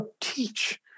teach